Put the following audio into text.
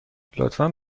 لطفا